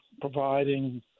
providing